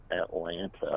Atlanta